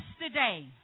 yesterday